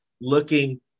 looking